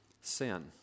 sin